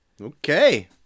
Okay